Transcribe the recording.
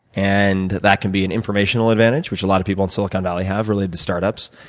and that can be an informational advantage, which a lot of people in silicon valley have related to startups.